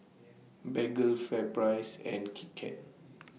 Bengay FairPrice and Kit Kat